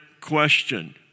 question